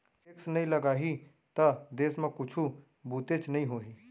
tax नइ लगाही त देस म कुछु बुतेच नइ होही